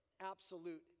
absolute